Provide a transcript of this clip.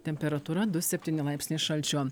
temperatūra du septyni laipsniai šalčio